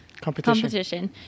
competition